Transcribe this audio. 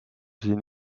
siin